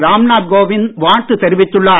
ராம்நாத் கோவிந்த் வாழ்த்து தெரிவித்துள்ளார்